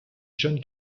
john